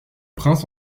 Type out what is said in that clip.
prince